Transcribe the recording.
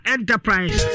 Enterprise